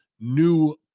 New